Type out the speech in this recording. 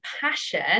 passion